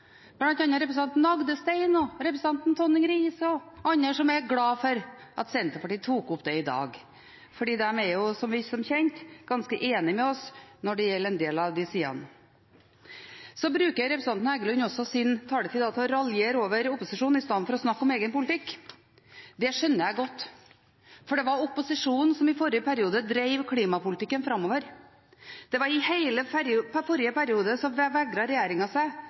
representanten Rodum Agdestein og representanten Tonning Riise, som er glade for at Senterpartiet tok opp dette i dag, for de er som kjent ganske enige med oss når det gjelder en del av de sidene. Så bruker representanten Heggelund også sin taletid til å raljere over opposisjonen i stedet for å snakke om egen politikk. Det skjønner jeg godt, for det var opposisjonen som i forrige periode drev klimapolitikken framover. I hele forrige periode